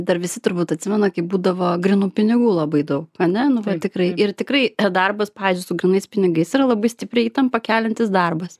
dar visi turbūt atsimena kaip būdavo grynų pinigų labai dau ane nu vat tikrai ir tikrai darbas pavyzdžiui su grynais pinigais yra labai stipriai įtampą keliantis darbas